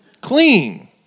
Clean